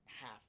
Half